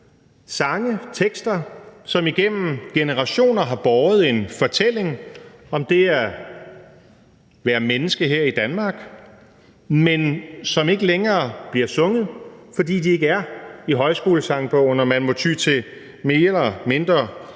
sange, tekster, som igennem generationer har båret en fortælling om det at være menneske her i Danmark, men som ikke længere bliver sunget, fordi de ikke er i Højskolesangbogen og man må ty til mere eller mindre